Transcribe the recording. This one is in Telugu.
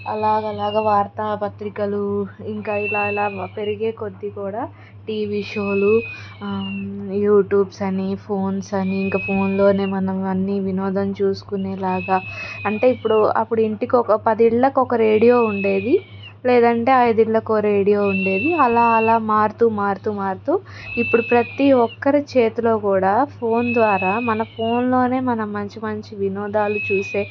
అలాగలాగా వార్తాపత్రికలు ఇంకా ఇలా ఇలా పెరిగే కొద్దీ కూడా టీవీ షోలు యూట్యూబ్ అని ఫోన్స్ అని ఇంకా ఫోన్లోనే మనం అన్ని వినోదం చూసుకునేలాగా అంటే ఇప్పుడు అప్పుడు ఇంటికి ఒక పది ఇళ్లకు ఒక రేడియో ఉండేది లేదంటే ఐదు ఇళ్లకు ఒక రేడియో ఉండేది అలా అలా మారుతూ మారుతూ మారుతూ ఇప్పుడు ప్రతి ఒక్కరి చేతిలో కూడా ఫోన్ ద్వారా మన ఫోన్లోనే మనం మంచి మంచి వినోదాలు చూసే